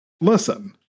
Listen